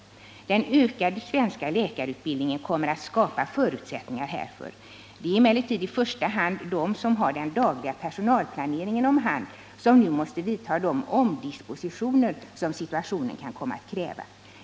Den ökade svenska läkarutbildningen kommer att skapa förutsättningar härför. Det är emellertid i första hand de som har den dagliga personalplaneringen om hand som nu måste vidta de omdispositioner som situationen kan komma att kräva.